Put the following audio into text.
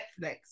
Netflix